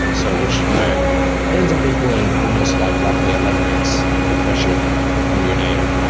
so which you know ends up equaling almost like roughly eleven x compression on your data.